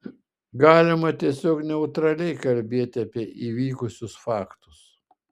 galima tiesiog neutraliai kalbėti apie įvykusius faktus